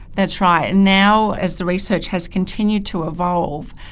that's right. and now as the research has continued to evolve,